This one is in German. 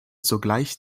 sogleich